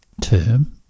term